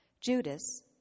Judas